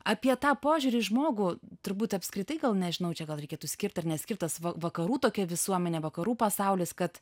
apie tą požiūrį į žmogų turbūt apskritai gal nežinau čia gal reikėtų skirt ar neskirt tas va vakarų tokia visuomenė vakarų pasaulis kad